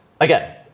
again